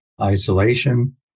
isolation